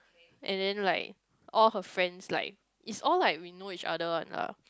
and then like all her friends like it's all like we know each other one lah